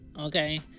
okay